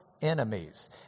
enemies